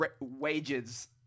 wages